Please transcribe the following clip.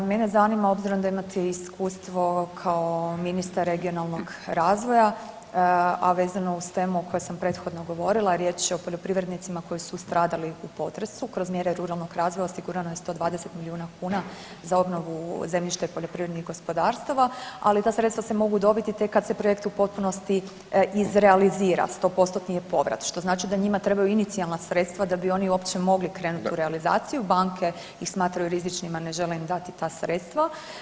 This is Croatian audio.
Mene zanima obzirom da imate iskustvo kao ministar regionalnog razvoja, a vezano uz temu o kojoj sam prethodno govorila, a riječ je poljoprivrednicima koji su stradali u potresu, kroz mjere ruralnog razvoja osigurano je 120 milijuna kuna za obnovu zemljišta i poljoprivrednih gospodarstava, ali ta sredstava se mogu dobiti tek kad se projekt u potpunosti izrealizira 100%-tni je povrat, što znači da njima trebaju inicijalna sredstva da bi oni uopće mogli krenuti u realizaciju, banke ih smatraju rizičnima, ne žele im dati ta sredstva.